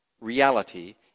reality